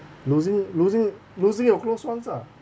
losing losing losing your close ones lah